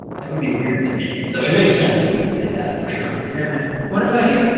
that would be weird to me, so it makes sense that you would say death, for sure. yeah, man, what about you?